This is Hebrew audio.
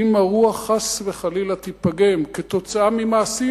אם הרוח חס וחלילה תיפגם בגלל מעשים